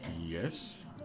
Yes